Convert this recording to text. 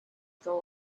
ago